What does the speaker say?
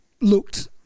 looked